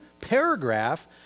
paragraph